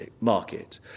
market